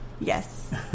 Yes